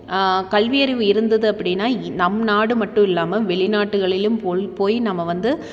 கல்வியறிவு இருந்தது அப்படினா நம் நாடு மட்டும் இல்லாமல் வெளிநாட்டுகளிலும் பொல் போய் நம்ம வந்து